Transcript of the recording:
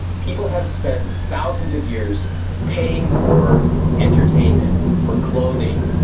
people have spent thousands of years paying for entertainment, for clothing,